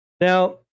now